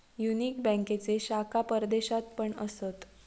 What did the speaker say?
union बँकेचे शाखा परदेशात पण असत